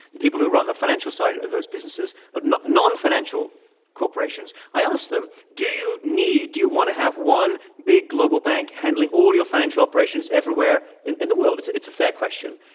the people who run the financial side of those businesses, ah nonfinancial corporations, i ask them, do you need do you want to have one big global bank handling all your financial operations everywhere in in the world? it's it's a fair question.